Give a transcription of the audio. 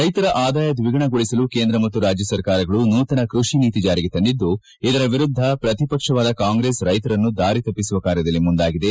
ರೈತರ ಆದಾಯ ದ್ವಿಗುಣಗೊಳಿಸಲು ಕೇಂದ್ರ ಮತ್ತು ರಾಜ್ಯ ಸರ್ಕಾರಗಳು ನೂತನ ಕೃಷಿ ನೀತಿ ಜಾರಿಗೆ ತಂದಿದ್ದು ಇದರ ವಿರುದ್ದ ಪ್ರತಿಪಕ್ಷವಾದ ಕಾಂಗ್ರೆಸ್ ರೈತರನ್ನು ದಾರಿತಪ್ಪಿಸುವ ಕಾರ್ಯದಲ್ಲಿ ಮುಂದಾಗಿದೆ